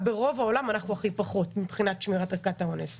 וברוב העולם אנחנו הכי פחות מבחינת שמירת ערכת האונס.